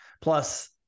plus